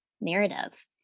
narrative